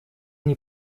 они